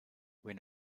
when